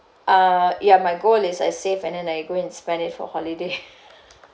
uh ya my goal is I save and then I go and spend it for holiday